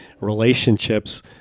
relationships